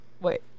wait